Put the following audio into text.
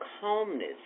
calmness